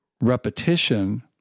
repetition